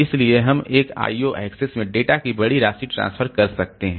इसलिए हम एक I O एक्सेस में डेटा की बड़ी राशि ट्रांसफर कर सकते हैं